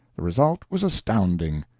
the result was astounding.